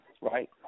Right